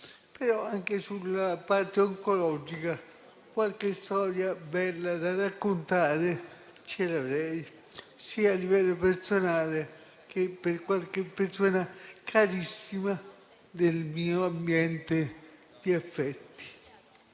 Anche sulla parte oncologica qualche storia bella da raccontare ce l'avrei sia a livello personale, sia con riguardo a qualche persona carissima del mio ambiente di affetti.